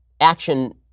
action